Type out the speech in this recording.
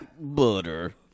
Butter